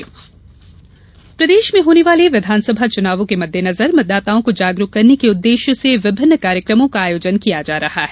मतदाता जागरूकता प्रदेश में होने वाले विधानसभा चुनावों के मद्देनजर मतदाताओं को जागरूक करने के उद्वेश्य से विभिन्न कार्यक्रमों का आयोजन किया जा रहा है